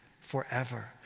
forever